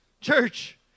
Church